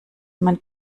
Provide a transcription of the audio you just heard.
man